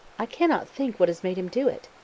i cannot think what has made him do it.